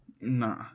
Nah